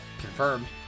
Confirmed